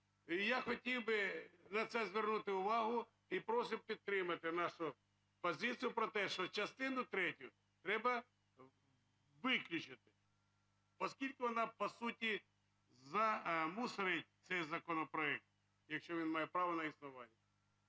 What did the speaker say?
я хотів би на це звернути увагу. І просимо підтримати нашу позицію про те, що частину третю треба виключити, оскільки вона по суті замусорить цей законопроект, якщо він має право на існування.